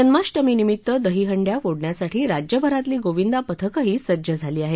जन्माष्टमीनिमीत्त दहिहंड्या फोडण्यासाठी राज्यभरातली गोविंदा पथकंही सज्ज झाली आहेत